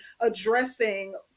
addressing